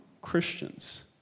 Christians